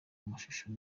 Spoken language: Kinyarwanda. amashusho